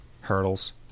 hurdles